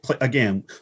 again